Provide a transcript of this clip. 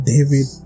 David